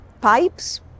pipes